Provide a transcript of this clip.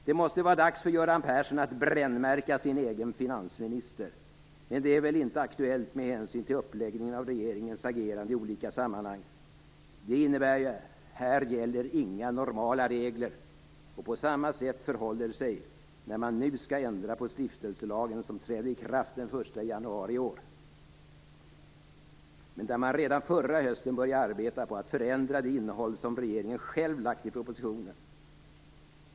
Det måste vara dags för Göran Persson att brännmärka sin egen finansminister, men det är väl inte aktuellt med hänsyn till uppläggningen av regeringens agerande i olika sammanhang. Det innebär att här gäller inga normala regler. På samma sätt förhåller det sig när man nu skall ändra på stiftelselagen som trädde i kraft den 1 januari i år. Redan förra hösten började man arbeta på att förändra det innehåll som regeringen själv lagt i propositionen.